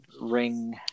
ring